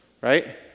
right